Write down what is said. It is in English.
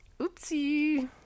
Oopsie